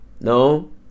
no